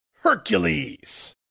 Hercules